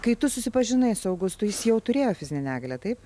kai tu susipažinai su augustu jis jau turėjo fizinę negalią taip